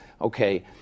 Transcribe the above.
okay